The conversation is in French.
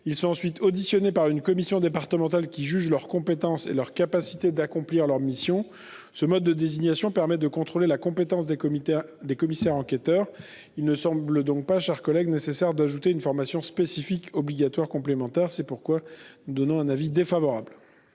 Ils sont ensuite auditionnés par une commission départementale qui juge leur compétence et leur capacité à accomplir leur mission. Ce mode de désignation permet de contrôler la compétence des commissaires enquêteurs. Il ne semble donc pas nécessaire de rendre obligatoire une formation spécifique complémentaire. C'est pourquoi la commission a émis un avis défavorable